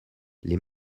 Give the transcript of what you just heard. les